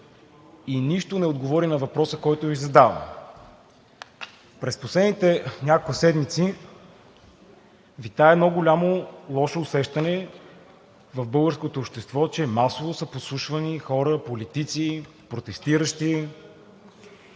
и нищо не се отговори на въпроса, който Ви задаваме. През последните няколко седмици витае едно голямо лошо усещане в българското общество, че масово са подслушвани хора, политици, протестиращи.